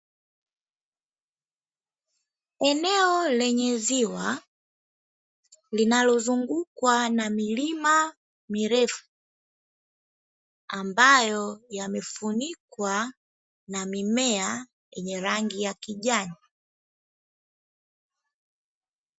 Eneo lenye ziwa linalozungukwa na milima mirefu, ambayo yamefunikwa na mimea yenye rangi ya kijani.